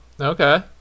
Okay